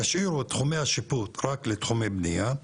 תשאירו את תחומי השיפוט רק לתחומי בנייה.